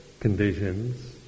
Conditions